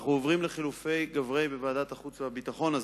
אנחנו עוברים לחילופי גברי בוועדת החוץ והביטחון הזמנית.